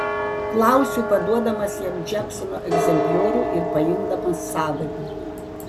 klausiu paduodamas jam džeksono egzempliorių ir paimdamas savąjį